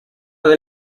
del